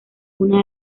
una